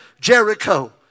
Jericho